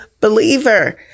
believer